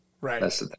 Right